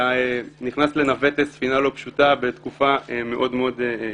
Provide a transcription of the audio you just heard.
אתה נכנס לנווט ספינה לא פשוטה בתקופה מאוד מאוד קשה.